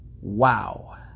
wow